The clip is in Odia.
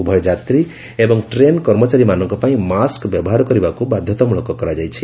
ଉଭୟ ଯାତୀ ଏବଂ ଟ୍ରେନ୍ କର୍ମଚାରୀମାନଙ୍କ ପାଇଁ ମାସ୍କ ବ୍ୟବହାର କରିବାକୁ ବାଧ୍ୟତାମୂଳକ କରାଯାଇଛି